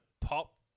pop